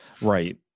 right